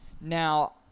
Now